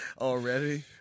already